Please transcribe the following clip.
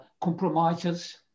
compromises